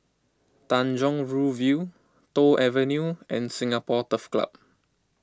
Tanjong Rhu View Toh Avenue and Singapore Turf Club